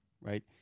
right